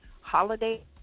Holiday